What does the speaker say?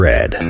Red